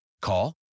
Call